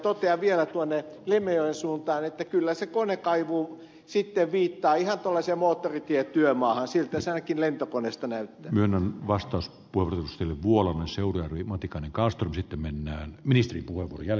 totean vielä tuonne lemmenjoen suuntaan että kyllä se konekaivu sitten viittaa irtolaisia moottoritietyömaan silta saikin lentokoneesta näyttämön vastaus pohjusti vuolaan seura ry matikainen kastelusitte ihan tuollaiseen moottoritietyömaahan